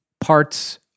parts